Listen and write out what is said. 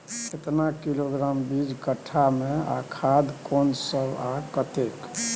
केतना किलोग्राम बीज कट्ठा मे आ खाद कोन सब आ कतेक?